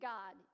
God